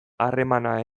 harremana